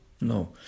No